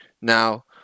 Now